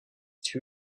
two